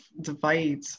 divide